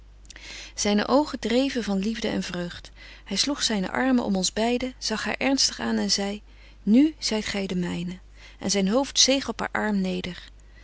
zyne oogen dreven van liefde en vreugd hy sloeg zyne armen om ons beide zag haar ernstig aan zei nu zyt gy de myne en zyn hoofd zeeg op haar arm neder